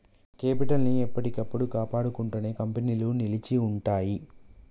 capital ని ఎప్పటికప్పుడు కాపాడుకుంటేనే కంపెనీలు నిలిచి ఉంటయ్యి